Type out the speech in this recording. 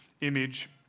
image